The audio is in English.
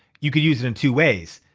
you could use it in two ways.